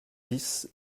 dix